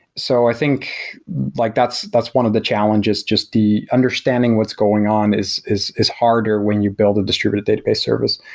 so i think like that's that's one of the challenges, just the understanding what's going on is is harder when you build a distributed database service.